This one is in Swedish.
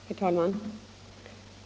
Herr talman!